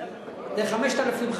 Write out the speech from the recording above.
מאיזה הכנסה?